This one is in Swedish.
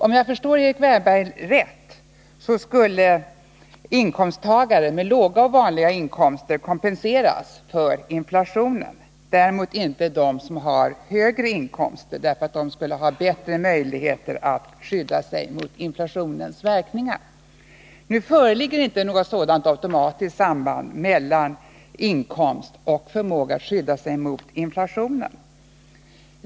Om jag förstår Erik Wärnberg rätt, skulle personer med låga och vanliga inkomster kompenseras för inflationen, däremot inte de som har högre inkomster därför att de skulle ha bättre möjligheter att skydda sig mot inflationens verkningar. Nu föreligger inte något sådant automatiskt samband mellan inkomst och förmåga att skydda sig mot inflationen.